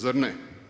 Zar ne?